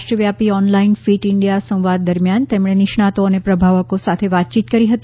રાષ્ટ્રવ્યાપી online fit India સંવાદ દરમિયાન તેમણે નિષ્ણાતો અને પ્રભાવકો સાથે વાતચીત કરી હતી